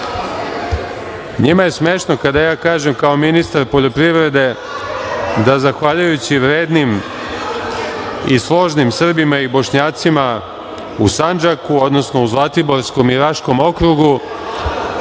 Njima je smešno kada ja kažem, kao ministar poljoprivrede, da zahvaljujući vrednim i složnim Srbima i Bošnjacima u Sandžaku, odnosno u Zlatiborskom i Raškom okrugu